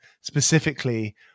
specifically